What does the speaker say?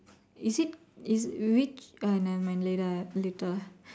is it is uh nevermind later I later ah